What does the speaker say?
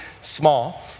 small